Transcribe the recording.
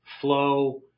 Flow